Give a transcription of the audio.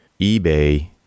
eBay